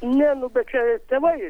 ne nu bet čia ir tėvai